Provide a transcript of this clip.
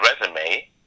resume